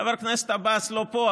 חבר כנסת עבאס לא פה,